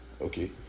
okay